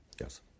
Yes